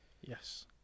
Yes